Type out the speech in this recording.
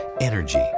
energy